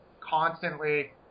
constantly